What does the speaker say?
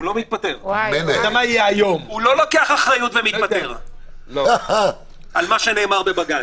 הוא לא לוקח אחריות ומתפטר על מה שנאמר בבג"ץ.